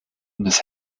des